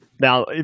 Now